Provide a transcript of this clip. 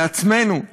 לעצמנו,